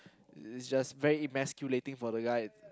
it's just very inoculating for that guy